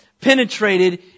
penetrated